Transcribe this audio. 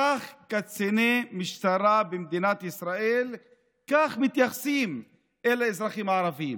כך קציני משטרה במדינת ישראל מתייחסים אל האזרחים הערבים.